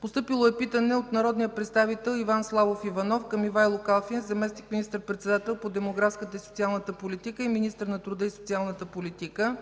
Постъпило е питане от: - народния представител Иван Славов Иванов към Ивайло Калфин – заместник министър-председател по демографската и социалната политика и министър на труда и социалната политика,